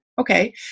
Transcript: Okay